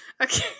Okay